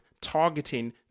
targeting